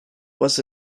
was